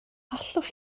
allwch